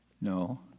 no